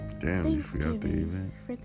Thanksgiving